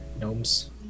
gnomes